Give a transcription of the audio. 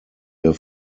der